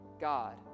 God